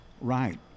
Right